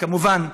כמובן,